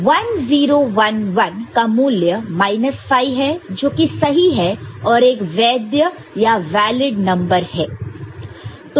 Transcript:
1 0 1 1 का मूल्य माइनस 5 है जोकि सही है और एक वैद्य वैलिड valid नंबर है